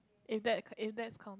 if that is that counted